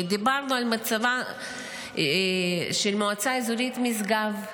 ודיברנו על מצבה של המועצה האזורית משגב.